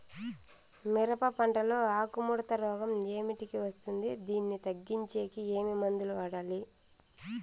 మిరప పంట లో ఆకు ముడత రోగం ఏమిటికి వస్తుంది, దీన్ని తగ్గించేకి ఏమి మందులు వాడాలి?